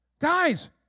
Guys